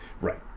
Right